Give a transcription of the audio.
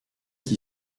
qui